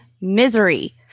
misery